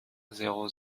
zéro